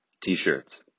T-shirts